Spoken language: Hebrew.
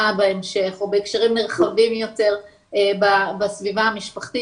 בהמשך או בהקשרים נרחבים יותר בסביבה המשפחתית.